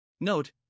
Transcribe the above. Note